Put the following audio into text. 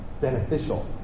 beneficial